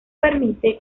permite